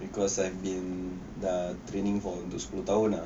because I've been dah training untuk sepuluh tahun ah